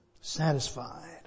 satisfied